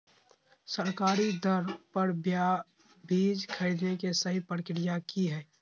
सरकारी दर पर बीज खरीदें के सही प्रक्रिया की हय?